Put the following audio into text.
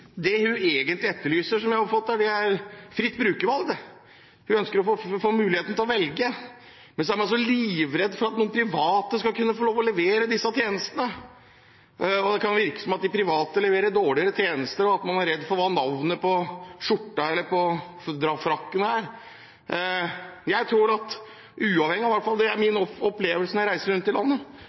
Det jeg oppfatter at hun egentlig etterlyser, er fritt brukervalg. Hun ønsker muligheten til å velge. Men så er man så livredd for at noen private skal kunne få lov til å levere disse tjenestene. Det kan virke som de private leverer dårligere tjenester, og at man er redd for hva navnet på skjorta eller frakken er. Jeg tror – det er i hvert fall min opplevelse når jeg reiser rundt i landet